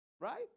Right